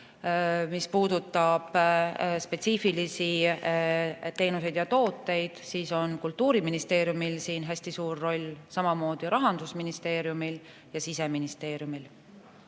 Mis puudutab spetsiifilisi teenuseid ja tooteid, on Kultuuriministeeriumil hästi suur roll, samamoodi Rahandusministeeriumil ja Siseministeeriumil.